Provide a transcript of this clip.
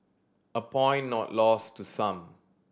a point not lost to some